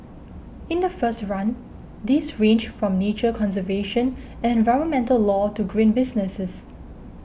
in the first run these ranged from nature conservation and environmental law to green businesses